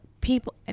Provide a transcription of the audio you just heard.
people